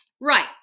Right